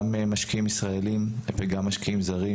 גם משקיעים ישראלים וגם משקיעים זרים,